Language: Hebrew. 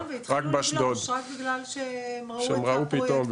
רק באשדוד שראו את זה פתאום,